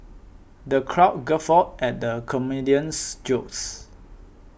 the crowd guffawed at the comedian's jokes